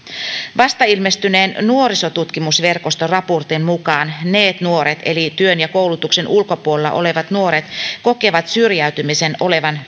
vasta ilmestyneen nuorisotutkimusverkoston raportin mukaan neet nuoret eli työn ja koulutuksen ulkopuolella olevat nuoret kokevat syrjäytymisen olevan